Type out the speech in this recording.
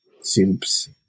soups